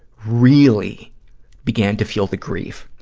really began to feel the grief,